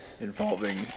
involving